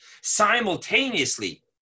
Simultaneously